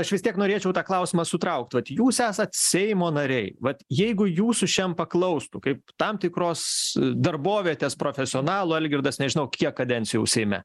aš vis tiek norėčiau tą klausimą sutraukt vat jūs esat seimo nariai vat jeigu jūsų šiam paklaustų kaip tam tikros darbovietės profesionalų algirdas nežinau kiek kadencijų jau seime